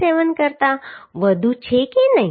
67 કરતાં વધુ છે કે નહીં